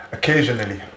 Occasionally